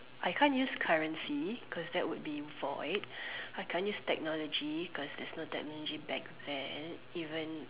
I can't use currency because that would be void I can't use technology cause there's no technology back then even